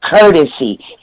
courtesy